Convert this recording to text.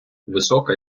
висока